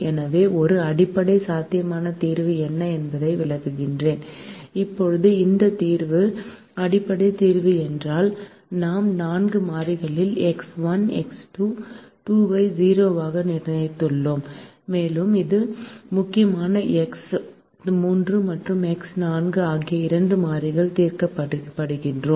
எனவே ஒரு அடிப்படை சாத்தியமான தீர்வு என்ன என்பதை விளக்குகிறேன் இப்போது இந்த தீர்வு அடிப்படை என்பதால் நாம் நான்கு மாறிகளில் எக்ஸ் 1 எக்ஸ் 2 2 ஐ 0 ஆக நிர்ணயித்துள்ளோம் மேலும் முக்கியமாக எக்ஸ் 3 மற்றும் எக்ஸ் 4 ஆகிய இரண்டு மாறிகள் தீர்க்கப்படுகிறோம்